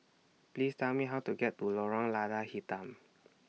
Please Tell Me How to get to Lorong Lada Hitam